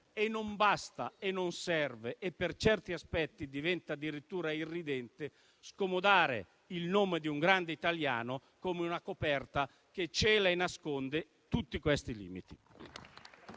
e non basta, non serve e, per certi aspetti, diventa addirittura irridente scomodare il nome di un grande italiano come una coperta che cela e nasconde tutti questi limiti.